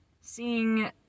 seeing